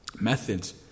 methods